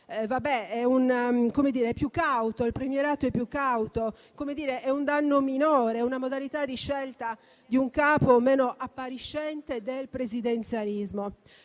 dire che il premierato è più cauto, è un danno minore, una modalità di scelta di un capo meno appariscente del presidenzialismo.